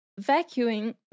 Vacuuming